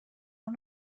اون